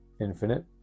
infinite